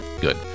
Good